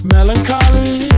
Melancholy